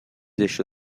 زشت